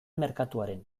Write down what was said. merkatuaren